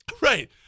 Right